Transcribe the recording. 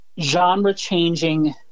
genre-changing